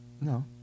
No